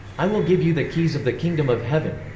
i will give you the keys of the kingdom of heaven.